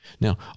Now